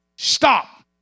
Stop